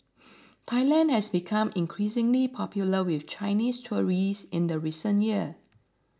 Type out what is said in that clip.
Thailand has become increasingly popular with Chinese tourists in the recent years